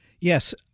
Yes